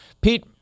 pete